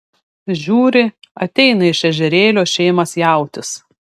žiūri ateina iš ežerėlio šėmas jautis